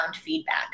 feedback